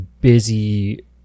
busy